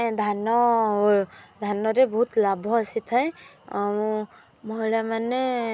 ଧାନ ଧାନରେ ବହୁତ ଲାଭ ଆସିଥାଏ ଆଉ ମହିଳାମାନେ